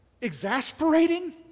exasperating